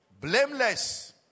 Blameless